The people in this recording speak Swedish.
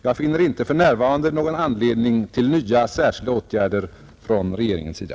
Jag finner inte för närvarande någon anledning till nya särskilda åtgärder från regeringens sida.